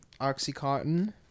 Oxycontin